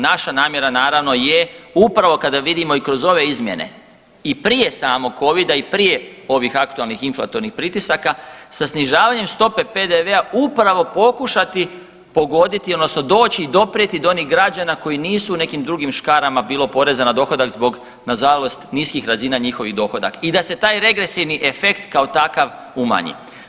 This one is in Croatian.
Naša namjera naravno je upravo kada vidimo i kroz ove izmjene i prije samog covida i prije ovih aktualnih inflatornih pritisaka sa snižavanjem stope PDV-a upravo pokušati pogoditi odnosno doći i doprijeti do onih građana koji nisu u nekim drugim škarama bilo poreza na dohodak zbog nažalost niskih razina njihovih dohodaka i da se taj regresivni efekt kao takav umanji.